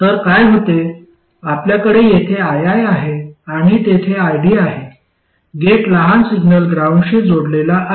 तर काय होते आपल्याकडे येथे ii आहे आणि तेथे id आहे गेट लहान सिग्नल ग्राउंडशी जोडलेला आहे